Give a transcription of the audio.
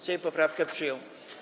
Sejm poprawkę przyjął.